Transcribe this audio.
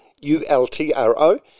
U-L-T-R-O